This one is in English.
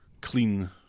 clean